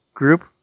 group